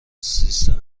سیستم